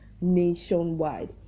nationwide